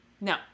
No